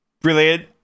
Brilliant